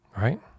Right